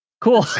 Cool